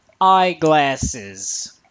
eyeglasses